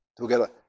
together